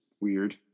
weird